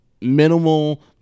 minimal